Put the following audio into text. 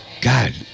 God